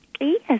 Yes